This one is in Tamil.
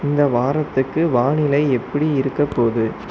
இந்த வாரத்துக்கு வானிலை எப்டி இருக்கப் போது